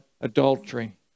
adultery